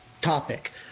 topic